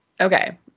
Okay